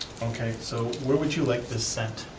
okay, so where would you like this sent?